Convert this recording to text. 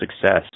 success